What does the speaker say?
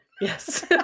Yes